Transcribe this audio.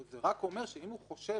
זה רק אומר שאם המנהל